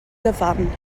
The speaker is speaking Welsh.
gyfan